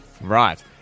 Right